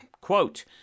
quote